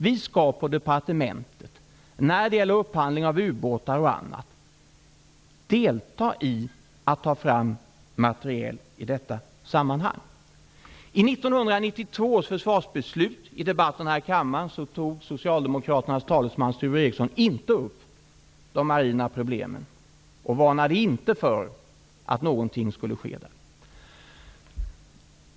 Vi skall på departementet delta i upphandling av ubåtar och i att ta fram materiel. I debatten här i kammaren vid 1992 års försvarsbeslut tog socialdemokraternas talesman Sture Ericson inte upp de marina problemen och varnade inte för att något skulle ske.